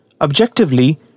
Objectively